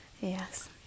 Yes